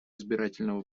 избирательного